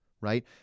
right